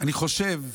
אני חושב,